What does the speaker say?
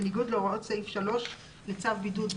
בניגוד להוראות סעיף 3 לצו בידוד בית,"